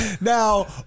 Now